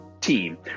team